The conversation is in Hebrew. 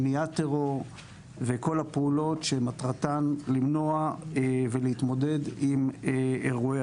מניעת טרור וכל הפעולות שמטרתן למנוע ולהתמודד עם אירועי